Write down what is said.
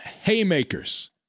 haymakers